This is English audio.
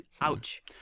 Ouch